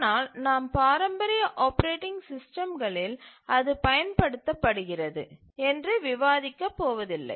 ஆனால் நாம் பாரம்பரிய ஆப்பரேட்டிங் சிஸ்டம்களில் அது பயன்படுத்தப்படுகிறது என்று விவாதிக்க போவதில்லை